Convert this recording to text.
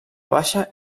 baixa